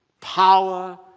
power